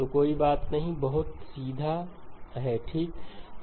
तो कोई बात नहीं बहुत सीधा है ठीक है